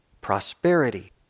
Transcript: prosperity